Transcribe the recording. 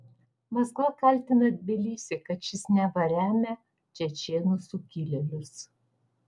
maskva kaltina tbilisį kad šis neva remia čečėnų sukilėlius